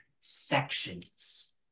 sections